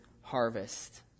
harvest